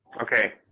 Okay